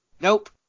Nope